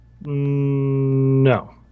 no